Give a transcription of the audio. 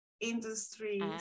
industries